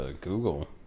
Google